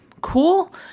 Cool